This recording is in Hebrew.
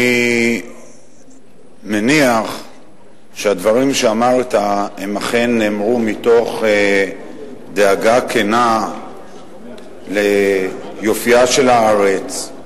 אני מניח שהדברים שאמרת אכן נאמרו מתוך דאגה כנה ליופיה של הארץ,